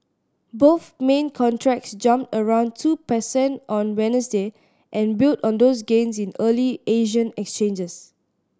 both main contracts jumped around two percent on Wednesday and built on those gains in early Asian exchanges